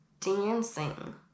dancing